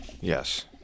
Yes